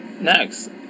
Next